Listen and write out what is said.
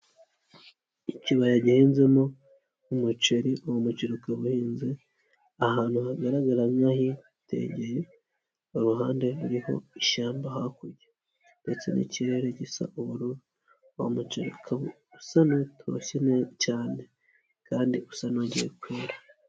Ikibaya gihinzemo umuceri, uwo muceri ukaba uhenze ahantu hagaragara nk'ahitegeye uruhande ruriho ishyamba hakurya ndetse n'ikirere gisa ubururu. Uwo muceri ukaba usa n'utoshye cyane kandi usa n'ugiye kwera.